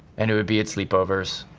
and it would be at sleepovers.